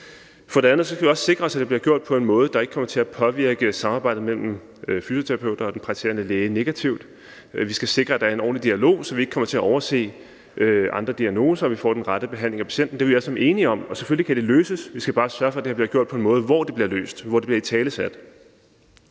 For det andet skal vi også sikre os, at det bliver gjort på en måde, der ikke kommer til at påvirke samarbejdet mellem fysioterapeuter og den praktiserende læge negativt. Vi skal sikre, at der er en ordentlig dialog, så man ikke kommer til at overse andre diagnoser, og så man får den rette behandling af patienten. Det er vi alle sammen enige om, og selvfølgelig kan det løses. Vi skal bare sørge for, at det her bliver gjort på en måde, hvor det bliver løst, hvor det bliver italesat.